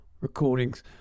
Recordings